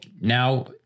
now